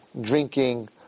drinking